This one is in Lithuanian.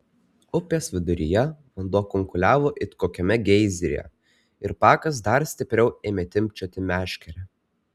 upės viduryje vanduo kunkuliavo it kokiame geizeryje ir pakas dar stipriau ėmė timpčioti meškerę